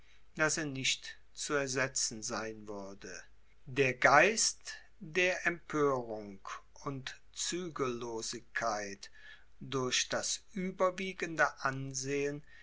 daß er nicht zu ersetzen sein würde der geist der empörung und zügellosigkeit durch das überwiegende ansehen